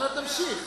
אנא תמשיך.